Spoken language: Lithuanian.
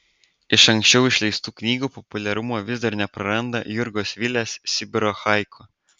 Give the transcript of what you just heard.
iš anksčiau išleistų knygų populiarumo vis dar nepraranda jurgos vilės sibiro haiku